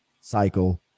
cycle